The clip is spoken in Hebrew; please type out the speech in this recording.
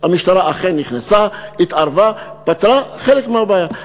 המשטרה אכן נכנסה, התערבה, פתרה חלק מהבעיה.